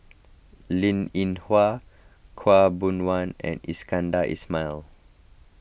Linn in Hua Khaw Boon Wan and Iskandar Ismail